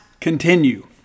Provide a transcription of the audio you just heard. continue